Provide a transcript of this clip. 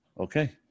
okay